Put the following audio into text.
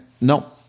No